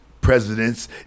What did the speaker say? president's